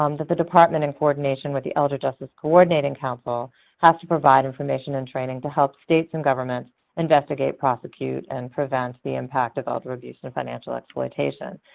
um that the department in coordination with the elder justice coordinating council has to provide information and training to help states and governments investigate, prosecute, and prevent the impact of elder abuse and financial exploitation.